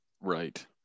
Right